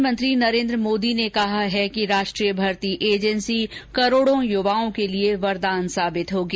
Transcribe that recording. प्रधानमंत्री नरेन्द्र मोदी ने कहा कि राष्ट्रीय भर्ती एजेंसी करोड़ों युवाओं के लिए वरदान साबित होगी